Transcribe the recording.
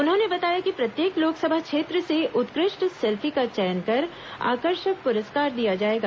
उन्होंने बताया कि प्रत्येक लोकसभा क्षेत्र से उत्कृष्ट सेल्फी का चयन कर आकर्षक पुरस्कार दिया जाएगा